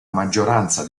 maggioranza